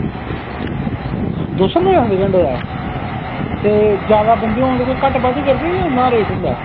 दौ सौ रपेआ लैंदे घैंटे दा जादै बंदे होगे तां घट्ट रेट करगे जां उन्ना गै होंदा